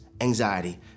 anxiety